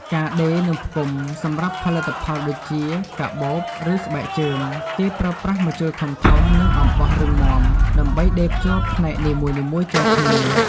ការដេរ និងផ្គុំ សម្រាប់ផលិតផលដូចជា កាបូប ឬស្បែកជើង គេប្រើប្រាស់ម្ជុលធំៗ និងអំបោះរឹងមាំដើម្បីដេរភ្ជាប់ផ្នែកនីមួយៗចូលគ្នា។